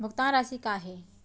भुगतान राशि का हे?